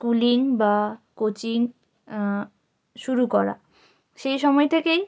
schooling বা coaching শুরু করা সেই সময় থেকেই